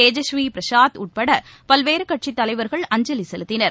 தேஜஸ்வி பிரசாத் உட்பட பல்வேறு கட்சித் தலைவர்கள் அஞ்சலி செலுத்தினர்